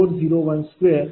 48624012 0